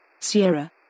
Sierra